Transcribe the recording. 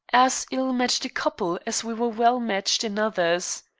as ill-matched a couple as we were well-matched in others.